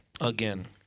again